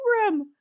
program